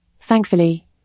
Thankfully